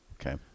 Okay